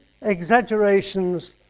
exaggerations